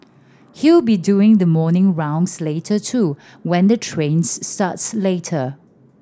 he'll be doing the morning rounds later too when the trains starts later